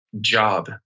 job